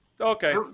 Okay